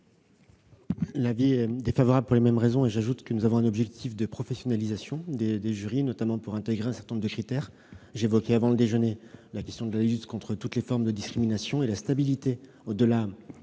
L'avis est défavorable pour les mêmes raisons. J'ajoute que nous avons un objectif de professionnalisation des jurys, notamment pour intégrer un certain nombre de critères. J'évoquais, avant la suspension, la question de la lutte contre toutes les formes de discrimination et celle de la stabilité, au-delà